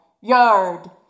Yard